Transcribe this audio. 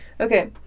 Okay